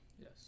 Yes